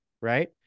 right